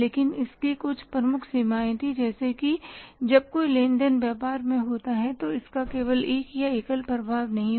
लेकिन इसकी कुछ प्रमुख सीमाएं थी जैसे कि जब कोई लेन देन व्यापार में होता है तो इसका केवल एक या एकल प्रभाव नहीं होता है